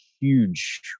huge